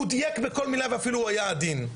הוא דייק בכל מילה ואפילו הוא היה עדין.